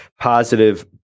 positive